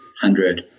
hundred